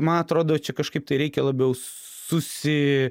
man atrodo čia kažkaip tai reikia labiau susi